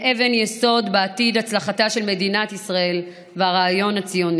אבן יסוד בעתיד הצלחתה של מדינת ישראל והרעיון הציוני.